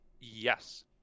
Yes